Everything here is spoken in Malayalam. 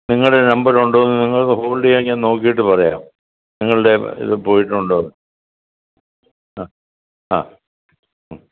നിങ്ങളുടെ നമ്പർ ഉണ്ടോ എന്ന് നിങ്ങൾക്ക് ഹോൾഡ് ചെയ്യാമെങ്കിൽ ഞാൻ നോക്കിയിട്ട് പറയാം നിങ്ങളുടെ ഇത് പോയിട്ടുണ്ടോ എന്ന് ആ ആ